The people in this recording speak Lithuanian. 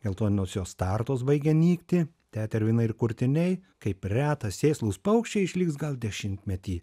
geltonosios startos baigia nykti tetervinai ir kurtiniai kaip reta sėslūs paukščiai išliks gal dešimtmetį